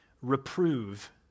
Reprove